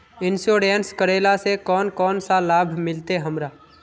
Insurance करेला से कोन कोन सा लाभ मिलते हमरा?